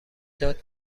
داد